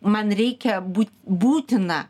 man reikia būti būtina